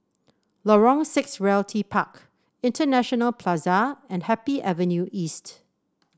Lorong Six Realty Park International Plaza and Happy Avenue East